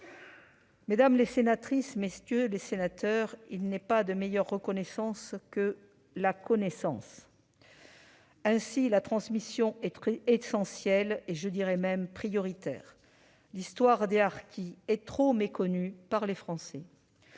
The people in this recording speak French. Mesdames, messieurs les sénateurs, il n'est pas de meilleure reconnaissance que la connaissance. La transmission est donc essentielle et même prioritaire. L'histoire des harkis est trop méconnue des Français.